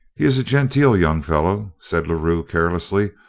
he is a genteel young fellow, said la rue carelessly,